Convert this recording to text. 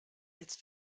jetzt